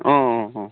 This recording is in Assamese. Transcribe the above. অঁ অঁ অঁ